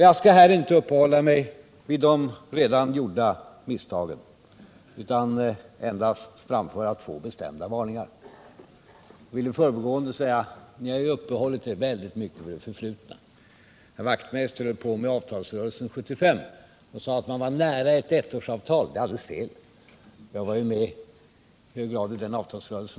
Jag skall här inte uppehålla mig vid de redan gjorda misstagen, utan endast framföra två bestämda varningar. Jag vill i förbigående säga att ni väldigt mycket har uppehållit er vid det förflutna. Herr Wachtmeister talade om avtalsrörelsen 1975 och sade att man var nära ett ettårsavtal. Det är alldeles fel. Jag var i hög grad med i den avtalsrörelsen.